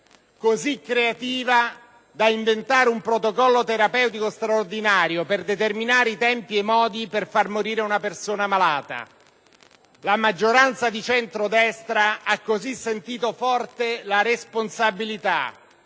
così creativa da inventare un protocollo terapeutico straordinario per determinare i tempi e i modi per far morire una persona malata. La maggioranza di centrodestra ha così sentito forse la responsabilità,